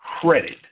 credit